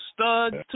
studs